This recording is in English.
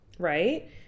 right